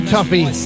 Tuffy